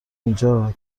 اینجا